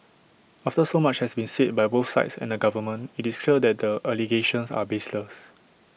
after so much has been said by both sides and the government IT is clear that the allegations are baseless